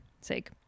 sake